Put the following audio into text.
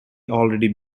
already